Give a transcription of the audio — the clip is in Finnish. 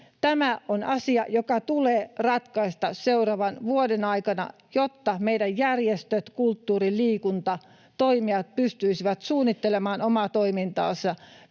Tämä on asia, joka tulee ratkaista seuraavan vuoden aikana, jotta meidän järjestöt ja kulttuuri- ja liikuntatoimijat pystyisivät suunnittelemaan omaa toimintaansa